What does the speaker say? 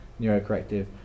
neurocorrective